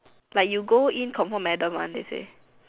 like you go in confirm madam one they say